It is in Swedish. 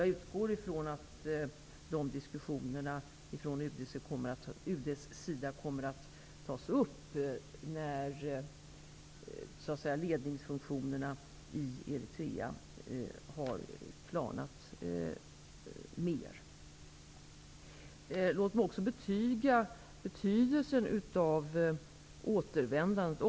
Jag utgår ifrån att dessa diskussioner från UD:s sida kommer att tas upp när ledningsfunktionerna i Eritrea har klarnat mer. Låt mig också betyga betydelsen av återvändandet.